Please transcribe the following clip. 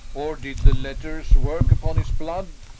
or did the letters work upon his blood,